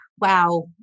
wow